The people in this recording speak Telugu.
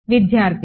విద్యార్థి 0